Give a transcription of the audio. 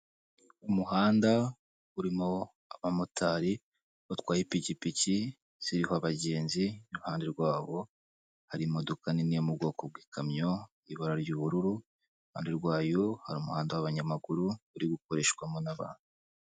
Umuhanda urimo abamotari batwaye ipikipiki ziriho abagenzi iruhande rwabo hari imodoka nini yo mu bwoko bw'ikamyo ibara ry'ubururu iruhande rwayo hari umuhanda w'abanyamaguru uri gukoreshwamo n'abantu.